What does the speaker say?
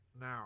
Now